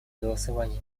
голосование